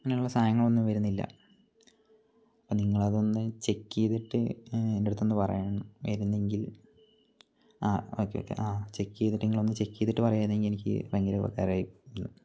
അങ്ങനെയുള്ള സാനങ്ങളൊന്നും വരുന്നില്ല അപ്പം നിങ്ങൾ അതൊന്ന് ചെക്ക് ചെയ്തിട്ട് എൻ്റെ അടുത്തൊന്ന് പറയണം വരുന്നെങ്കിൽ ഓക്കെ ഓക്കെ ആ ചെക്ക് ചെയ്യ്തിട്ട് നിങ്ങൾ ഒന്ന് ചെക്ക് ചെയ്തിട്ട് പറയുമായിരുന്നെങ്കിൽ എനിക്ക് ഭയങ്കര ഉപകാരമായിരുന്നു